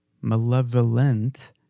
malevolent